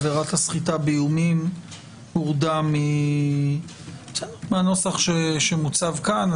עבירת הסחיטה באיומים הורדה מהנוסח שמוצע כאן.